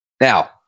Now